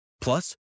Plus